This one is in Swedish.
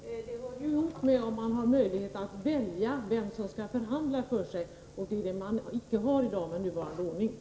Herr talman! Det hör ihop med om hyresgästerna har möjlighet att välja vem som skall förhandla för dem. Det har man icke med nuvarande ordning.